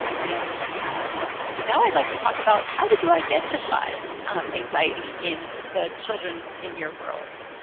and now i'd like to talk about how would you identify anxiety in the children in your worlds?